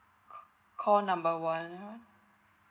c~ call number one